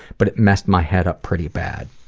but it messed my head up pretty bad.